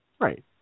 Right